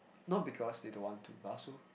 not because they don't want to but also